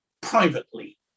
privately